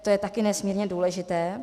To je také nesmírně důležité.